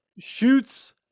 Shoots